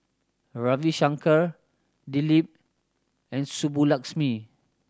Ravi Shankar Dilip and Subbulakshmi